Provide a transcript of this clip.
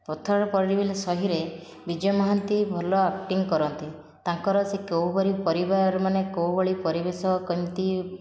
ପଥର ପଡ଼ିଗଲେ ସହିରେ ବିଜୟ ମହାନ୍ତି ଭଲ ଆକଟିଙ୍ଗ କରନ୍ତି ତାଙ୍କର ସେ କେଉଁ ପରି ପରିବାର ମାନେ କେଉଁ ଭଳି ପରିବେଶ କେମିତି